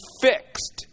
fixed